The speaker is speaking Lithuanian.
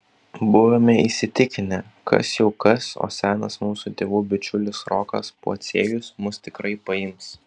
buvome įsitikinę kas jau kas o senas mūsų tėvų bičiulis rokas pociejus mus tikrai paims